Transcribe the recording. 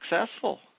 successful